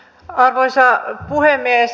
arvoisa puhemies